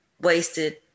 wasted